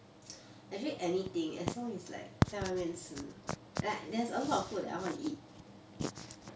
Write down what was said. actually anything as long is like 在外面吃 like there's a lot of food that I want to eat